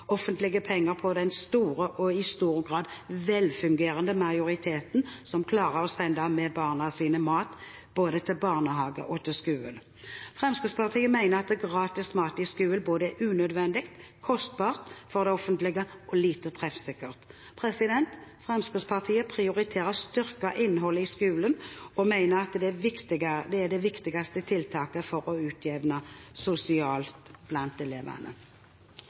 på den store og i stor grad velfungerende majoriteten som klarer å sende med barna sine mat både til barnehage og til skole. Fremskrittspartiet mener «gratis» mat i skolen både er unødvendig, kostbart for det offentlige og lite treffsikkert. Fremskrittspartiet prioriterer styrket innhold i skolen og mener det er det viktigste tiltaket for sosial utjevning blant elevene.